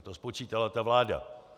To spočítala ta vláda.